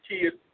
kids